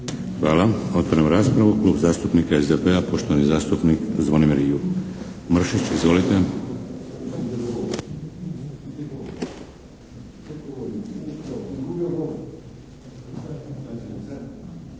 Hvala. Otvaram raspravu. Klub zastupnika SDP-a, poštovani zastupnik Zvonimir Mršić, izvolite.